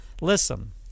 Listen